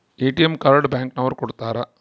ATM card bank ನವರು ಕೊಡ್ತಾರ